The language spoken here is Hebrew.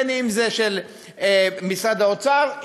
אם של משרד האוצר,